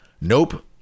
Nope